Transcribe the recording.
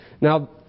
now